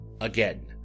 Again